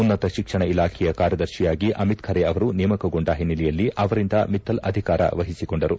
ಉನ್ನತ ಶಿಕ್ಷಣ ಇಲಾಖೆಯ ಕಾರ್ಯದರ್ಶಿಯಾಗಿ ಅಮಿತ್ ಖರೆ ಅವರು ನೇಮಕಗೊಂಡ ಹಿನ್ನೆಲೆಯಲ್ಲಿ ಅವರಿಂದ ಮಿತ್ತಲ್ ಅಧಿಕಾರ ವಹಿಸಿಕೊಂಡರು